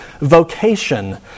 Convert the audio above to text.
vocation